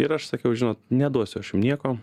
ir aš sakiau žinot neduosiu aš jum nieko